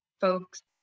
folks